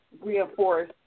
reinforce